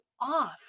off